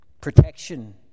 protection